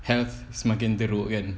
health semakin teruk kan